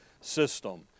system